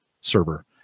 server